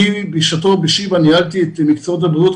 בשעתו בבית החולים שיבא ניהלתי את מקצועות הבריאות,